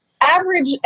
average